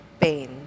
pain